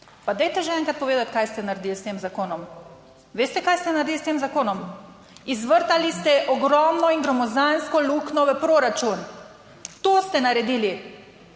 Pa dajte že enkrat povedati, kaj ste naredili s tem zakonom. Veste kaj ste naredili s tem zakonom? Izvrtali ste ogromno in gromozansko luknjo v proračun, to ste naredili!